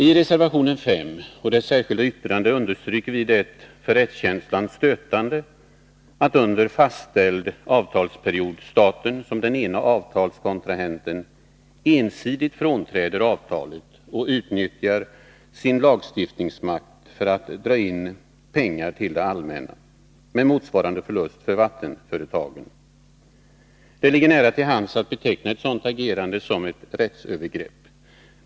I reservation 5 och det särskilda yttrandet understryker vi det för rättskänslan stötande i att under fastställd avtalsperiod staten som den ene avtalskontrahenten ensidigt frånträder avtalet och utnyttjar sin lagstiftningsmakt för att dra in pengar till det allmänna, med motsvarande förlust för vattenföretagen. Det ligger nära till hands att beteckna ett sådant agerande som ett rättsövergrepp.